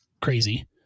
crazy